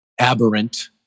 aberrant